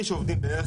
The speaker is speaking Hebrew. עובדים בערך